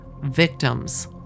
victims